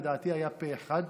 לדעתי היה פה אחד,